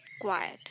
quiet